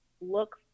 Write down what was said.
look